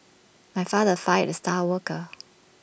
my father fired the star worker